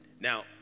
Now